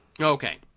Okay